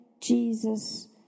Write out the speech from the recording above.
Jesus